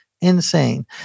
insane